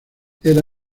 era